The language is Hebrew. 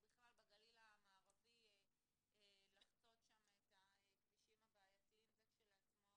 בכלל בגליל המערבי לחצות שם את הכבישים הבעייתיים זה כשלעצמו